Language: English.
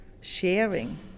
sharing